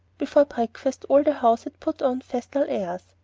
before breakfast all the house had put on festal airs.